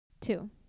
Two